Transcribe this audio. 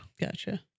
Gotcha